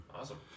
Awesome